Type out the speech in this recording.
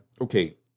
Okay